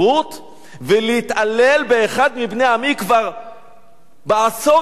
ולהתעלל באחד מבני עמי כבר בעשור השלישי,